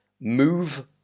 Move